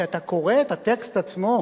כשאתה קורא את הטקסט עצמו,